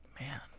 Man